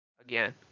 again